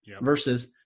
versus